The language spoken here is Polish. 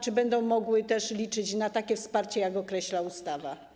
Czy będą mogły też liczyć na takie wsparcie, jak określa ustawa?